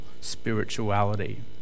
spirituality